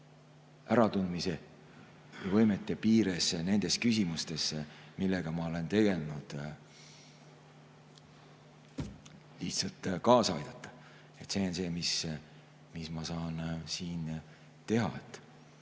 äratundmise järgi ja võimete piires ja nendes küsimustes, millega ma olen tegelenud, kaasa aidata. See on see, mis ma saan siin teha.